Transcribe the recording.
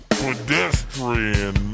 pedestrian